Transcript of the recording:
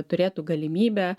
turėtų galimybę